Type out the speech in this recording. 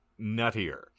nuttier